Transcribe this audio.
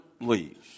leaves